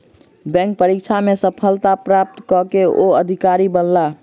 bank परीक्षा में सफलता प्राप्त कय के ओ अधिकारी बनला